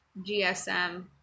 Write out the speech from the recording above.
GSM